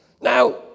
Now